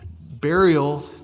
burial